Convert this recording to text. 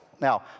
now